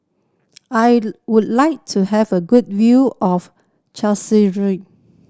I would like to have a good view of